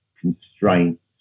constraints